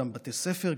גם בתי ספר,